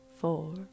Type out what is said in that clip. four